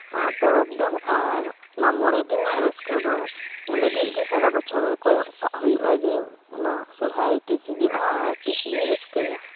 ᱯᱚᱨᱚᱵᱽ ᱫᱚ ᱟᱨ ᱚᱱᱟ ᱢᱚᱬᱮ ᱫᱤᱱᱟᱜ ᱨᱟᱹᱥᱠᱟᱹ ᱫᱚ ᱤᱱᱟᱹ ᱞᱟᱜᱤᱫ ᱜᱮ ᱥᱟᱨᱟ ᱵᱚᱪᱷᱚᱨ ᱠᱚᱭᱚᱜ ᱠᱟᱜ ᱦᱳᱭᱳᱜᱼᱟ ᱡᱮ ᱚᱱᱟ ᱥᱚᱨᱦᱟᱭ ᱛᱤᱥ ᱦᱤᱡᱩᱜᱼᱟ ᱟᱨ ᱛᱤᱥ ᱤᱧ ᱨᱟᱹᱥᱠᱟᱹᱭᱟ